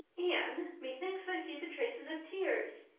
anne, methinks i see the traces of tears.